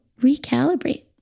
recalibrate